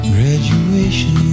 Graduation